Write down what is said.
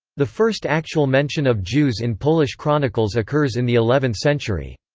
the first actual mention of jews in polish chronicles occurs in the eleventh century.